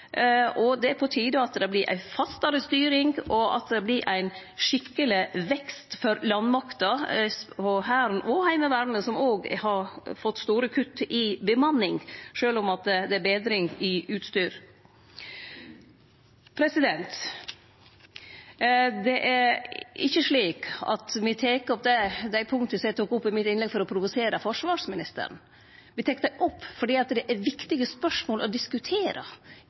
skje. Det er på tide at det vert ei fastare styring, og at det vert ein skikkeleg vekst for landmakta, Hæren og Heimevernet, som òg har fått store kutt i bemanninga, sjølv om det er betring i utstyr. Det er ikkje slik at me tek opp dei punkta som eg tok opp i mitt innlegg, for å provosere forsvarsministeren. Me tek det opp fordi det er viktige spørsmål å diskutere